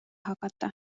hakata